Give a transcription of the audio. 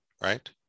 right